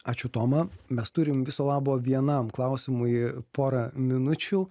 ačiū toma mes turim viso labo vienam klausimui porą minučių